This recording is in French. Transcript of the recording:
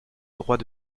droit